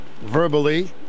verbally